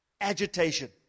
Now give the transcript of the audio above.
agitation